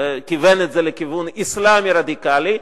וכיוון את זה לכיוון אסלאמי רדיקלי,